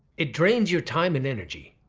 it drains your time and energy,